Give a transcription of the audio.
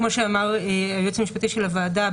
כמו שאמר היועץ המשפטי של הוועדה,